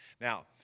Now